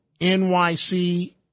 NYC